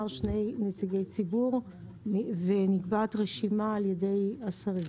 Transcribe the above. שני נציגי ציבור ונקבעת רשימה על ידי השרים.